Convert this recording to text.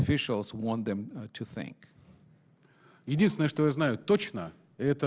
officials want them to think it